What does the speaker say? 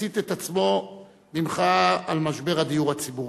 הצית את עצמו במחאה על משבר הדיור הציבורי.